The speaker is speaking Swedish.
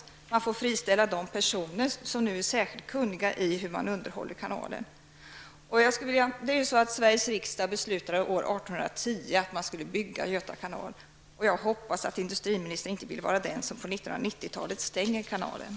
Dessutom får man friställa de personer som har särskild kunskap om kanalens underhåll. Sveriges riksdag beslutade år 1810 att bygga Göta kanal. Jag hoppas att industriministern inte vill vara den som stänger kanalen under 1990-talet.